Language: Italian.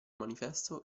manifesto